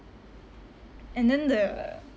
and then the